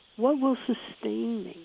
what will sustain me?